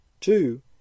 Two